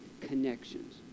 connections